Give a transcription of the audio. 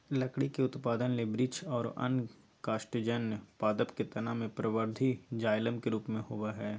लकड़ी उत्पादन ले वृक्ष आरो अन्य काष्टजन्य पादप के तना मे परवर्धी जायलम के रुप मे होवअ हई